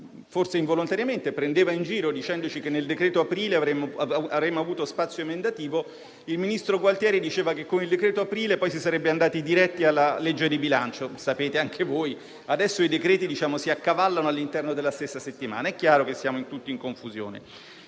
forse involontariamente - ci prendeva in giro dicendoci che nel decreto aprile avremmo avuto spazio emendativo, il ministro Gualtieri diceva che con il decreto aprile poi si sarebbe andati diretti alla legge di bilancio. Sapete anche voi che adesso i decreti si accavallano all'interno della stessa settimana; è chiaro che siamo tutti in confusione.